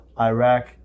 Iraq